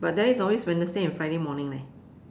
but then is always Wednesday and Friday morning leh